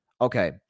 Okay